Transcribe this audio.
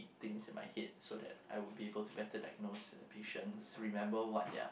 things in my head so that I will be able to better diagnose the patients remember what their